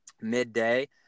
midday